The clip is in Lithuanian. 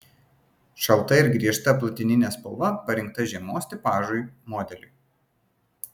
šalta ir griežta platininė spalva parinkta žiemos tipažui modeliui